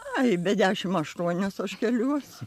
ai be dešimt aštuonios aš keliuosi